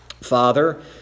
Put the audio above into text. Father